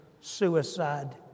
suicide